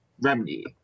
remedy